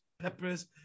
peppers